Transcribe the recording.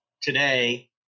today